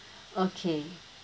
okay